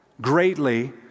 greatly